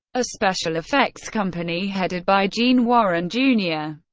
a special effects company headed by gene warren junior.